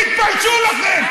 תתביישו לכם.